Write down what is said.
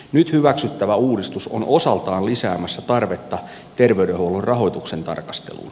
nyt hyväksyttävä uudistus on osaltaan lisäämässä tarvetta terveydenhuollon rahoituksen tarkasteluun